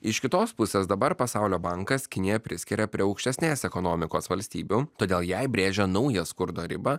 iš kitos pusės dabar pasaulio bankas kiniją priskiria prie aukštesnės ekonomikos valstybių todėl jai brėžia naują skurdo ribą